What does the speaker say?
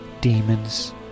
Demons